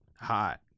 hot